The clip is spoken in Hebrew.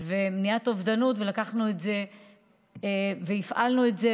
ומניעת אובדנות והפעלנו את זה.